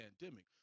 pandemic